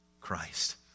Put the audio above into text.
Christ